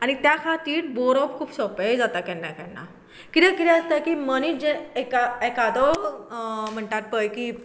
त्या खातीर बरोवप खूब सोंप्पें जाता केन्ना केन्ना किद्याक किदें आसतां की मनीस जे एकादो म्हणटात पळय की